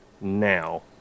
now